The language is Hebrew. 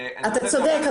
אתה צודק,